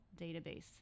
database